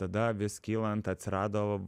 tada vis kylant atsirado